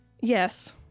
Yes